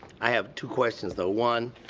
i have two questions, though. one